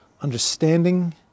understanding